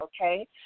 okay